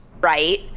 Right